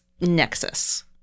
nexus